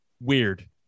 weird